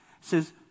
says